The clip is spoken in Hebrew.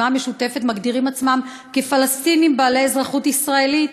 המשותפת מגדירים עצמם כפלסטינים בעלי אזרחות ישראלית.